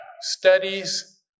studies